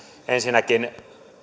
ensinnäkin